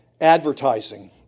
advertising